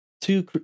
two